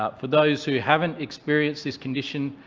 ah for those who haven't experienced this condition,